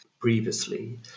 previously